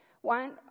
one